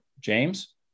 james